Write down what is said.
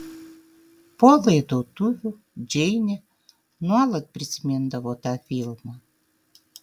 po laidotuvių džeinė nuolat prisimindavo tą filmą